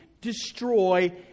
destroy